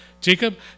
Jacob